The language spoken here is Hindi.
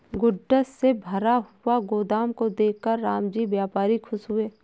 गुड्स से भरा हुआ गोदाम को देखकर रामजी व्यापारी खुश हुए